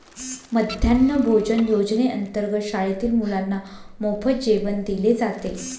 मध्यान्ह भोजन योजनेअंतर्गत शाळेतील मुलांना मोफत जेवण दिले जाते